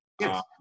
Yes